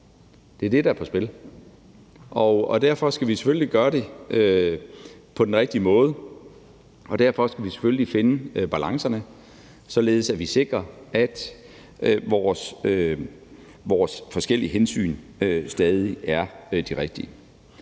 Det er det, der er på spil. Derfor skal vi selvfølgelig gøre det på den rigtige måde, og derfor skal vi selvfølgelig finde balancerne, således at vi sikrer, at vi stadig tager de rigtige